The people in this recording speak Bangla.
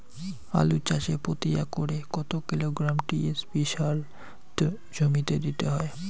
আলু চাষে প্রতি একরে কত কিলোগ্রাম টি.এস.পি সার জমিতে দিতে হয়?